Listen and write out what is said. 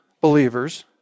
believers